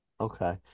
Okay